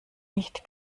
nicht